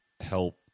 help